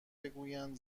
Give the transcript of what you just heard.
بگویند